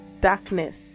darkness